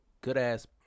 good-ass